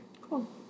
Cool